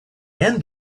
and